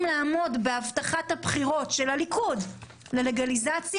לעמוד בהבטחת הבחירות של הליכוד ללגליזציה,